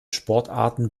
sportarten